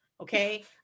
Okay